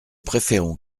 préférons